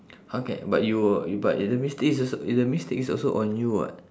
how can but you but is the mistake is als~ the mistake is also on you [what]